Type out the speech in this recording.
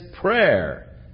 prayer